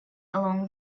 along